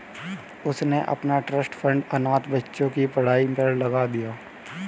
उसने अपना trust fund अनाथ बच्चों की पढ़ाई पर लगा दिया